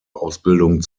ausbildung